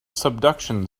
subduction